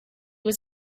was